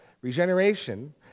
Regeneration